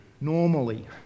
normally